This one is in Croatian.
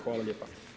Hvala lijepa.